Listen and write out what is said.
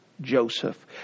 Joseph